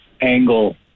angle